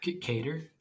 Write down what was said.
cater